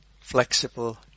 flexible